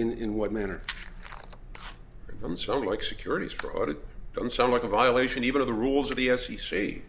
in what manner and some like securities fraud it doesn't sound like a violation even of the rules of the f c c